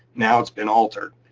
now it's been altered,